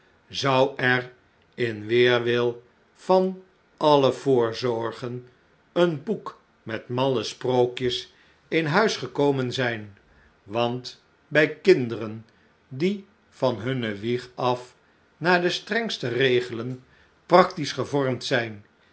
zou er in weerwil van alle voorzorgen een boek met malle sprookjes in huis gekomen zijn want bij kinderen die van hunne wieg af naar de strengste regelen practisch gevormd zijn